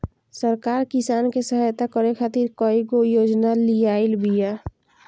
सरकार किसान के सहयता करे खातिर कईगो योजना लियाइल बिया